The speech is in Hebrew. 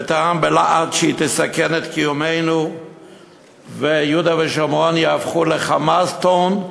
וטען בלהט שהיא תסכן את קיומנו ויהודה ושומרון יהפכו ל"חמאסטן",